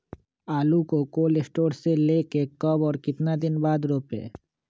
आलु को cold store से ले के कब और कितना दिन बाद रोपे?